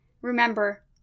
Remember